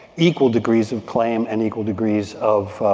equal degrees of claim and equal degrees of,